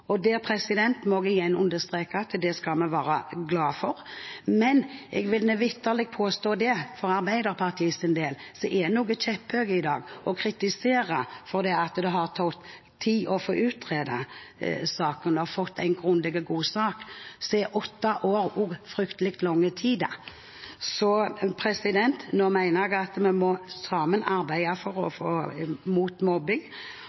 må igjen understreke at det skal vi være glad for. Men jeg vil vitterlig påstå – for Arbeiderpartiets del, som er noe kjepphøye i dag og kritiserer at det har tatt tid å få utredet saken og få en grundig og god sak – at også åtte år er fryktelig lang tid. Jeg mener at vi sammen må arbeide mot mobbing, og i stedet for å